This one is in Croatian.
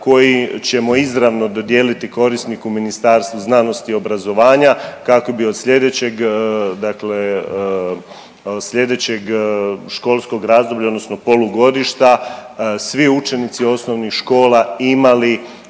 koje ćemo izravno dodijeliti korisniku Ministarstvu znanosti i obrazovanja kako bi od slijedećeg dakle od slijedećeg školskog razdoblja odnosno polugodišta svi učenici osnovnih škola imali